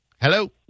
Hello